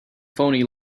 phoney